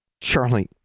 Charlie